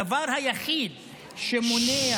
הדבר היחיד שמונע,